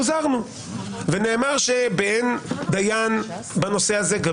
הוזהרנו ונאמר שבאין דיין בנושא הזה גם